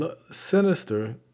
Sinister